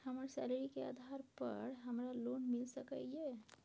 हमर सैलरी के आधार पर हमरा लोन मिल सके ये?